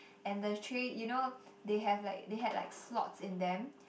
and the tray you know they have like they had like slots in them